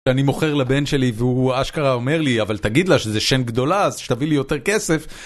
אני מוכר לבן שלי והוא אשכרה אומר לי אבל תגיד לה שזה שן גדולה אז שתביא לי יותר כסף